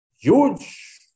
huge